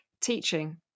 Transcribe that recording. teaching